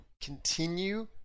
continue